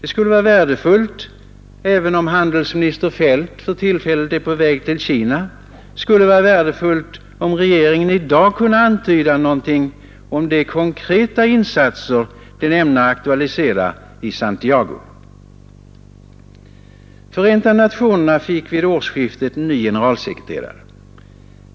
Trots att handelsminister Feldt för tillfället är på väg till Kina skulle det vara värdefullt om regeringen i dag kunde antyda något om de konkreta insatser den ämnar aktualisera i Santiago. Förenta nationerna fick vid årsskiftet ny generalsekreterare.